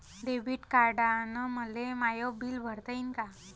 Debit कार्डानं मले my bill भरता येईन का?